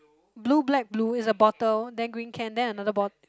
blue black blue is a bottle then green can then another bot~